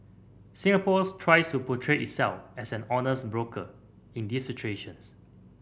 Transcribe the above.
Singapore's tries to portray itself as an honest broker in these situations